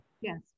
Yes